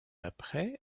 après